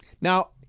Now